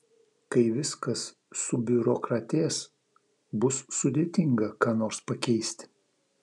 kai viskas subiurokratės bus sudėtinga ką nors pakeisti